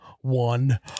one